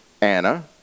Anna